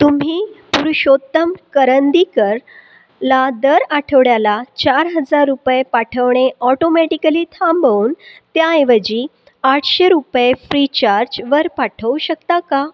तुम्ही पुरुषोत्तम करंदीकरला दर आठवड्याला चार हजार रुपये पाठवणे ऑटोमॅटिकली थांबवून त्याऐवजी आठशे रुपये फ्रीचार्जवर पाठवू शकता का